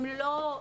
הם לא,